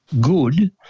good